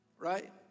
right